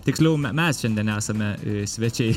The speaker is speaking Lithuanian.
tiksliau mes šiandien esame svečiai